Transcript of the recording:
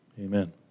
amen